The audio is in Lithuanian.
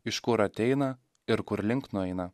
iš kur ateina ir kurlink nueina